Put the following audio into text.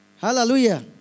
Hallelujah